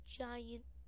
giant